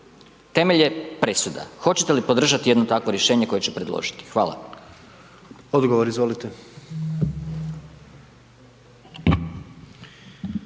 Temelj je presuda, hoćete li podržati jedno takvo rješenje koje ču predložiti? Hvala. **Jandroković,